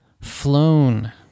flown